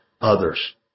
others